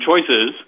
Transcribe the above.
choices